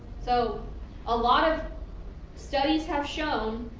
so a lot of studies have shown,